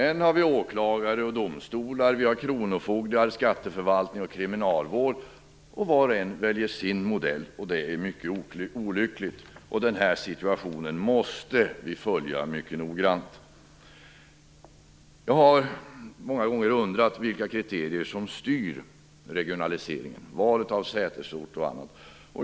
Än har vi åklagare, domstolar, kronofogdemyndighet, skatteförvaltning, kriminalvård, och var och en väljer sin modell. Det är mycket olyckligt. Den här situationen måste vi följa mycket noggrant. Jag har många gånger undrat vilka kriterier som styr regionaliseringen, valet av sätesort och annat.